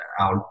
out